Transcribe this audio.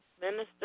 Minister